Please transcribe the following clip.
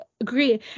agree